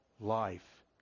life